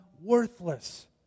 worthless